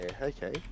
okay